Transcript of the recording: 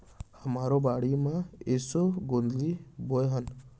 हमरो बाड़ी म एसो गोंदली बोए हन